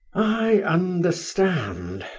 i understand,